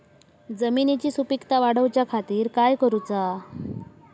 जमिनीची सुपीकता वाढवच्या खातीर काय करूचा?